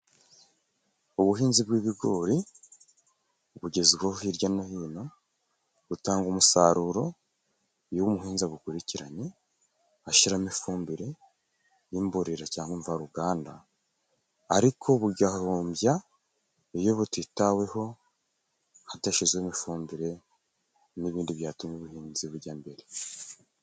Ubuhinzi bw'ibigori, bugezweho hirya no hino, butanga umusaruro iyo umuhinzi abukurikiranye ashyiramo ifumbire y'imborera cyangwa mvaruganda, ariko bugahombya iyo butitaweho, hadashizwemo ifumbire n'ibindi byatumye ubuhinzi bujya mbere.